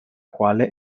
quale